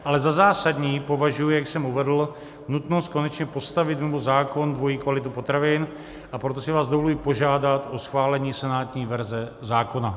Ale za zásadní považuji, jak jsem již uvedl, nutnost konečně postavit mimo zákon dvojí kvalitu potravin, a proto si vás dovoluji požádat o schválení senátní verze zákona.